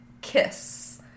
kiss